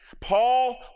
Paul